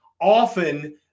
often